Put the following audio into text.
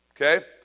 Okay